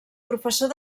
professor